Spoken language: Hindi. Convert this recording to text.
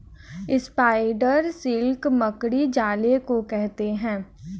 स्पाइडर सिल्क मकड़ी जाले को कहते हैं